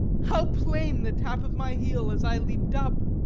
how plain the tap of my heel as i leaped up!